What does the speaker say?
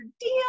deal